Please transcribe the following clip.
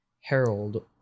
Harold